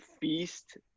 feast